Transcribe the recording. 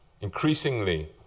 Increasingly